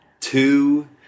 two